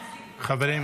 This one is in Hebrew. הצלחת להצדיק --- חברים.